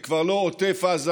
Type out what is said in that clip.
זה כבר לא עוטף עזה,